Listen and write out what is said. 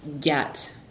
get